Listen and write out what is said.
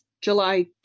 July